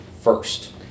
first